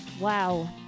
Wow